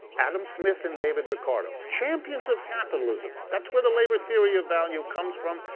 adam smith and david ricardo, champions of capitalism, that's where the labor theory of value comes from.